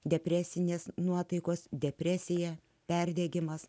depresinės nuotaikos depresija perdegimas